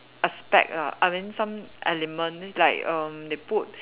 aspect lah I mean some element like erm they put